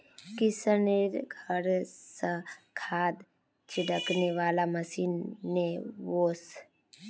किशनेर घर स खाद छिड़कने वाला मशीन ने वोस